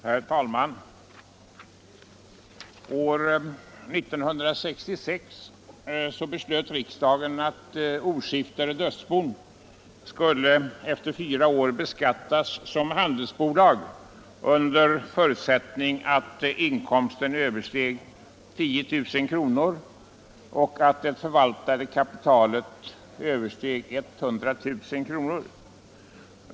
Herr talman! År 1966 beslöt riksdagen att oskiftade dödsbon efter fyra år skulle beskattas som handelsbolag under förutsättning att inkomsten översteg 10 000 kr. och att det förvaltade kapitalet översteg 100 000 kr.